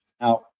Now